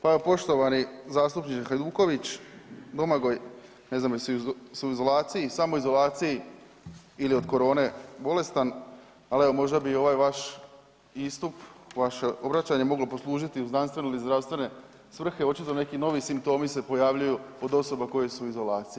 Pa poštovani zastupniče Hajduković Domagoj, ne znam jesi li u izolaciji, samoizolaciji ili od korone, bolestan, ali evo, možda bi ovaj vaš istup, vaše obraćanje, moglo poslužiti u znanstvene ili zdravstvene svrhe, očito neki novi simptomi se pojavljuju kod osoba koje su u izolaciji.